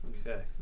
Okay